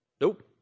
Nope